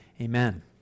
Amen